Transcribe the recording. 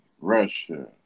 Russia